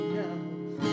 love